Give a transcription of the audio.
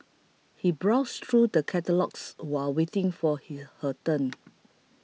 she browsed through the catalogues while waiting for her turn